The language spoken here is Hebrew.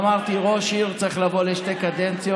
אמרתי: ראש עיר צריך לבוא לשתי קדנציות,